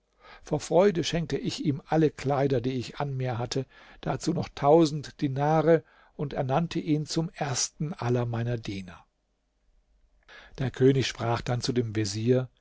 vor freude schenkte ich ihm alle kleider die ich an mir hatte dazu noch tausend dinare und ernannte ihn zum ersten aller meiner diener der könig sprach dann zu dem vezier